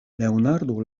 leonardo